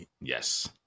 yes